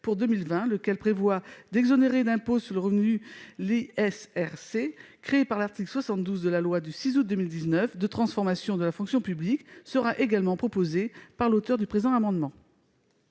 pour 2020, lequel prévoit d'exonérer d'impôt sur le revenu l'ISRC créée par l'article 72 de la loi du 6 août 2019 de transformation de la fonction publique. La parole est à Mme Laurence Cohen, pour présenter l'amendement